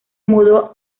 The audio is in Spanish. mudó